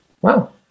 Wow